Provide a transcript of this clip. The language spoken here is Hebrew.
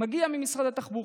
מגיע ממשרד התחבורה.